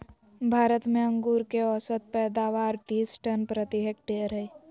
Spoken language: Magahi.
भारत में अंगूर के औसत पैदावार तीस टन प्रति हेक्टेयर हइ